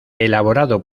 elaborado